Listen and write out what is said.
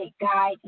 guide